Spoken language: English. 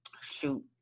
Shoot